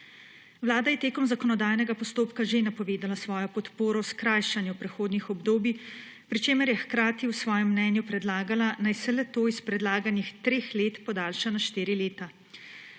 Vlada je tekom zakonodajnega postopka že napovedala svojo podporo skrajšanju prehodnih obdobij, pri čemer je hkrati v svojem mnenju predlagala, naj se le-to s predlaganih treh let podaljša na štiri leta.